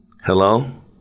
Hello